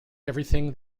everything